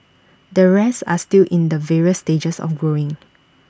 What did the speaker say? the rest are still in the various stages of growing